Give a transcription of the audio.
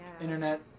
internet